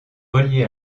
relié